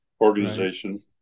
organization